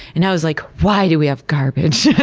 and i was like, why do we have garbage?